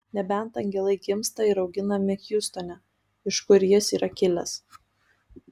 nebent angelai gimsta ir auginami hjustone iš kur jis yra kilęs